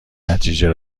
نتیجه